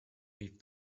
rief